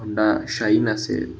Honda Shine असेल